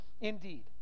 indeed